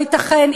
לא ייתכן,